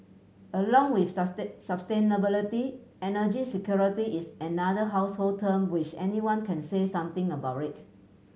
along with sustainability energy security is another household term which anyone can say something about rate